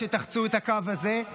מרגע שתחצו את הקו הזה,